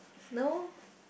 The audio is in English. no